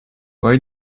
why